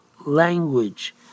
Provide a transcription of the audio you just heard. language